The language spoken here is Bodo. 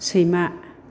सैमा